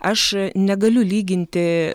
aš negaliu lyginti